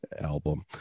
album